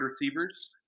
receivers